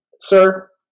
sir